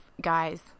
guys